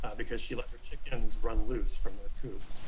ah because she let her chickens run loose from their coop.